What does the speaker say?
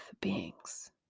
beings